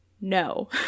no